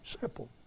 Simple